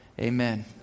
Amen